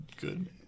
good